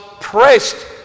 pressed